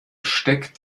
steckt